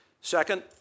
Second